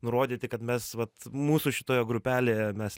nurodyti kad mes vat mūsų šitoje grupelėje mes